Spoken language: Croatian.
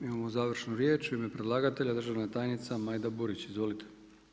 Imamo završnu riječ u ime predlagatelja državna tajnica Majda Burić, izvolite.